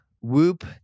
Whoop